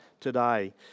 today